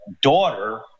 daughter